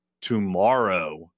tomorrow